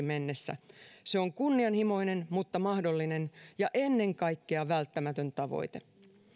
mennessä se on kunnianhimoinen mutta mahdollinen ja ennen kaikkea välttämätön tavoite